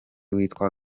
witwa